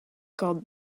called